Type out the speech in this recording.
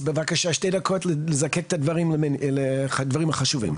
אז בבקשה, שתי דקות לזקק את הדברים החשובים.